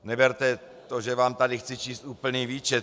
Neberte to, že vám tady chci číst úplný výčet.